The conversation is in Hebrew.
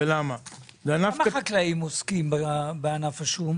כמה חקלאים עוסקים בענף השום?